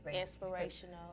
inspirational